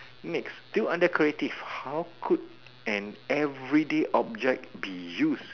next still under creative how could an everyday object be use